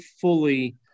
fully